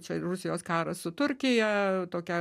čia ir rusijos karas su turkija tokia